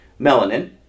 melanin